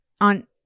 on